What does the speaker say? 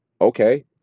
Okay